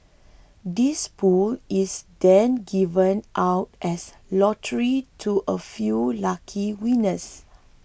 this pool is then given out as lottery to a few lucky winners